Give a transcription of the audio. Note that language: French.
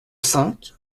cinq